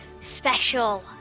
special